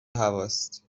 هواست